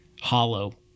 hollow